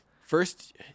First